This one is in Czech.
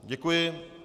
Děkuji.